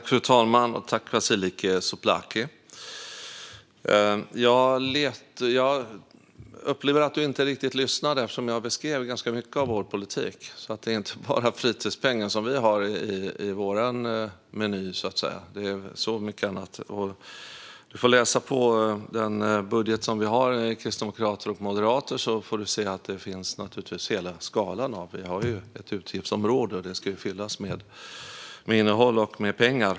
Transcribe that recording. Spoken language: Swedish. Fru talman! Jag tackar Vasiliki Tsouplaki för detta. Jag upplever att du inte riktigt lyssnade, eftersom jag beskrev ganska mycket av vår politik. Det är inte bara fritidspengen som vi har i vår meny. Det finns så mycket annat. Du får läsa Kristdemokraternas och Moderaternas budget, så får du se hela skalan. Vi har ett utgiftsområde som ska fyllas med innehåll och pengar.